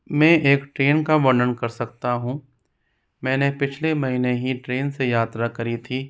मैं एक ट्रेन का वर्णन कर सकता हूँ मैंने पिछले महीने ही ट्रेन से यात्रा करी थी